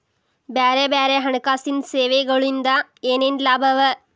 ಬ್ಯಾರೆ ಬ್ಯಾರೆ ಹಣ್ಕಾಸಿನ್ ಸೆವೆಗೊಳಿಂದಾ ಏನೇನ್ ಲಾಭವ?